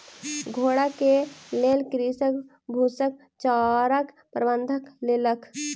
घोड़ा के लेल कृषक फूसक चाराक प्रबंध केलक